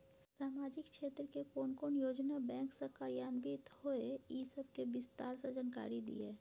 सामाजिक क्षेत्र के कोन कोन योजना बैंक स कार्यान्वित होय इ सब के विस्तार स जानकारी दिय?